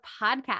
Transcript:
podcast